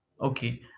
Okay